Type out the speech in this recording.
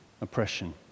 oppression